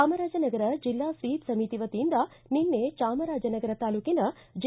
ಚಾಮರಾಜನಗರ ಜಿಲ್ಲಾ ಸ್ವೀಪ್ ಸಮಿತಿವತಿಯಿಂದ ನಿನ್ನೆ ಚಾಮರಾಜನಗರ ತಾಲೂಕಿನ ಜೆ